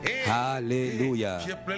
hallelujah